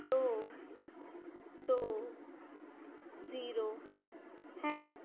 ਦੋ ਦੋ ਜ਼ੀਰੋ ਹੈ